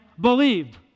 believed